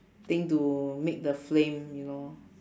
thing to make the flame you know